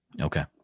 okay